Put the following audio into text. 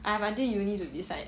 I have until uni to decide